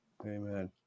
Amen